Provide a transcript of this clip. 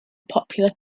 popular